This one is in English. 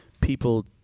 people